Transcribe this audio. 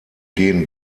gehen